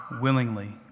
willingly